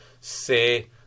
say